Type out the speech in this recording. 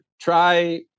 try